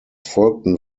folgten